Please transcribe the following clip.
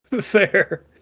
Fair